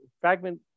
fragment